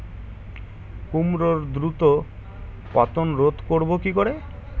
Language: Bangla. কুমড়োর দ্রুত পতন রোধ করব কি করে?